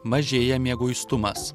mažėja mieguistumas